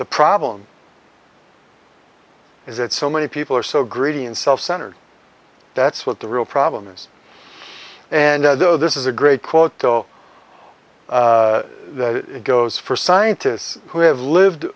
the problem is that so many people are so greedy and self centered that's what the real problem is and though this is a great quote though that goes for scientists who have lived